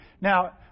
Now